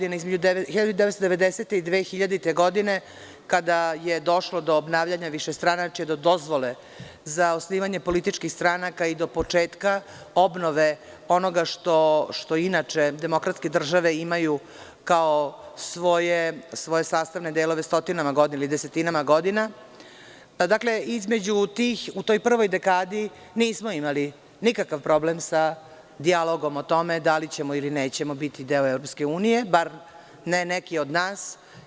Između 1990-2000. godina kada je došlo do obnavljanja višestranačja, do dozvole za osnivanje političkih stranaka i do početka obnove što inače demokratske države imaju kao svoje sastavne delove stotinama, ili desetinama godina, u toj prvoj dekadi nismo imali nikakav problem sa dijalog o tome da li ćemo ili nećemo biti deo EU, bar ne neki od nas.